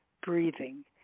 breathing